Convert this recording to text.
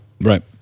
Right